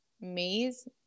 maze